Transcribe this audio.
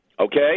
Okay